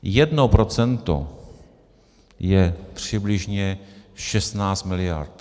Jedno procento je přibližně 16 mld.